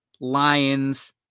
lions